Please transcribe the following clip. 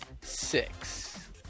six